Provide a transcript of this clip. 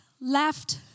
left